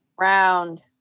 Round